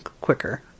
quicker